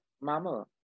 mama